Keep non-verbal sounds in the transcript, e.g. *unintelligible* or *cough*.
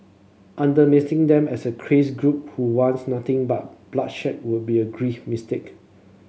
*unintelligible* them as a crazed group who wants nothing but bloodshed would be a grave mistake